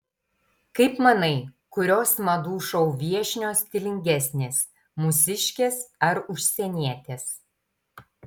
kaip manai kurios madų šou viešnios stilingesnės mūsiškės ar užsienietės